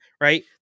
right